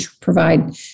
provide